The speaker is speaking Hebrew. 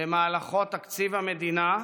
שבמהלכו תקציב המדינה,